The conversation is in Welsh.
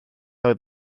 oedd